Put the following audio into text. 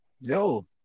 Yo